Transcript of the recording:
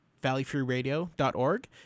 valleyfreeradio.org